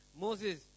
Moses